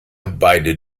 beide